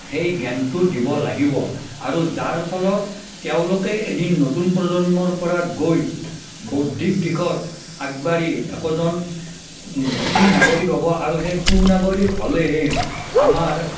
সেই জ্ঞানটো দিব লাগিব আৰু যাৰ ফলত তেওঁলোকে এদিন নতুন প্ৰজন্মৰ পৰা গৈ বৌদ্ধিক দিশত আগবাঢ়ি একোজন সু নাগৰিক হ'ব আৰু সেই সু নাগৰিক হ'লেহে আমাৰ